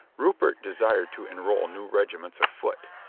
rupert desired to enroll new regiments of foot.